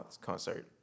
concert